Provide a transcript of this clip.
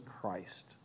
Christ